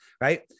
right